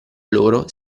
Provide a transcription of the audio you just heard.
loro